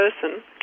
person